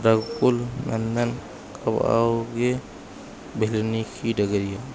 रगुकुल नन्दन कब आवोगे भिल्लनिखि डगल्या